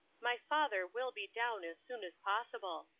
my father will be down as soon as possible,